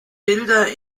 bilder